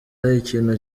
ikintu